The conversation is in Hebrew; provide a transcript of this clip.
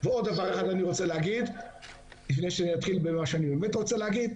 אני רוצה להגיד עוד דבר לפני שאתחיל במה שאני באמת רוצה להגיד.